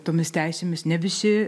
tomis teisėmis ne visi